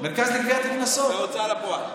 לגביית קנסות והוצאה לפועל.